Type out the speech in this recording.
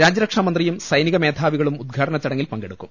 രാജ്യരക്ഷാ മന്ത്രിയും സൈനിക മേധാവി കളും ഉദ്ഘാടന ചടങ്ങിൽ പങ്കെടുക്കും